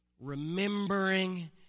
remembering